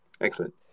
Excellent